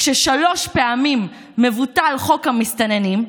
כששלוש פעמים מבוטל חוק המסתננים,